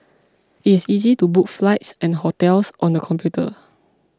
it is easy to book flights and hotels on the computer